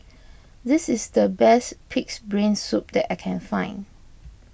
this is the best Pig's Brain Soup that I can find